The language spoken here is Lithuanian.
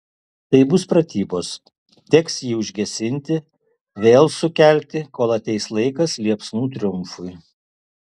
tai bus pratybos teks jį užgesinti vėl sukelti kol ateis laikas liepsnų triumfui